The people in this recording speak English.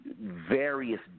various